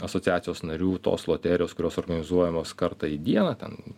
asociacijos narių tos loterijos kurios organizuojamos kartą į dieną ten